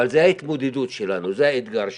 אבל זו ההתמודדות שלנו, זה האתגר שלנו,